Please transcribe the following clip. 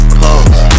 pose